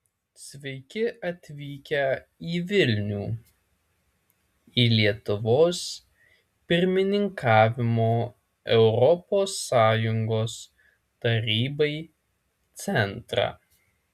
sveiki atvykę į vilnių į lietuvos pirmininkavimo europos sąjungos tarybai centrą